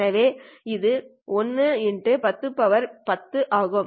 எனவே இது 1 x 1010 ஆகும்